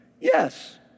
yes